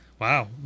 Wow